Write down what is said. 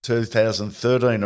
2013